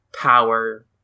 power